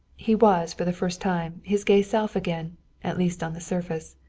he was, for the first time, his gay self again at least on the surface.